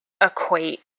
equate